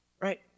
Right